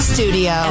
Studio